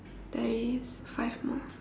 there is five more